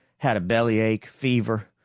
had a bellyache, fever,